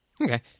Okay